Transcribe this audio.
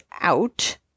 out